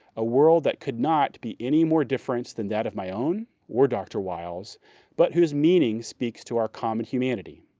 a world that could not be any more different than that of my own or dr. wiles but whose meaning speaks to our common humanity.